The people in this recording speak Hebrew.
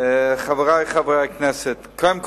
חברי חברי הכנסת, קודם כול,